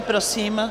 Prosím.